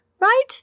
right